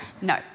No